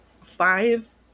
five